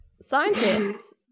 Scientists